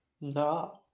No